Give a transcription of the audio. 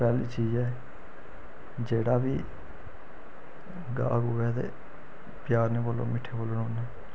पैह्ली चीज ऐ जेह्ड़ा बी गाह्क होऐ ते प्यार ने बोलो मिट्ठे बोलना पौना